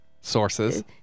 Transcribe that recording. Sources